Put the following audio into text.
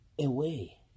away